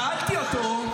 שאלתי אותו,